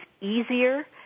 easier